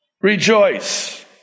Rejoice